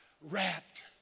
wrapped